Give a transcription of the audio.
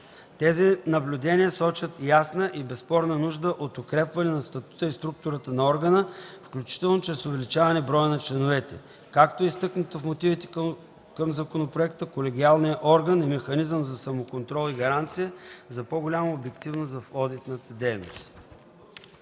Тези наблюдения сочат ясна и безспорна нужда от укрепване на статута и структурата на органа, включително чрез увеличаване на броя на членовете. Както е изтъкнато в мотивите към законопроекта, колегиалният орган е механизъм за самоконтрол и гаранция за по-голяма обективност в одитната дейност.